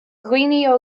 dhaoine